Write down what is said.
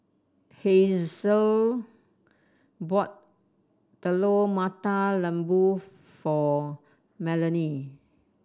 Hazle bought Telur Mata Lembu for Melany